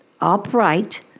upright